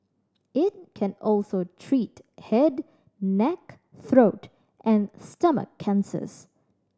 it can also treat head neck throat and stomach cancers